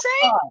say